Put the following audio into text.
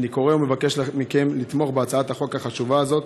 אני קורא ומבקש מכם לתמוך בהצעת החוק החשובה הזאת